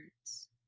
words